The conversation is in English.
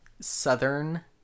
Southern